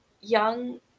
young